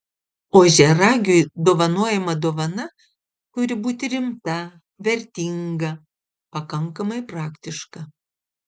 ožiaragiui dovanojama dovana turi būti rimta vertinga pakankamai praktiška